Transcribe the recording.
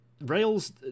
rails